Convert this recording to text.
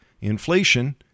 inflation